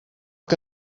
que